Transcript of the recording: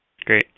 Great